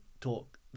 talk